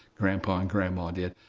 grandpa and grandma did,